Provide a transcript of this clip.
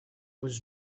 was